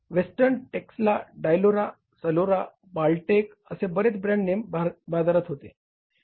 western Texla Dyanora Salora बाल्कटेक असे बरेच ब्रँड नेम बाजारात होते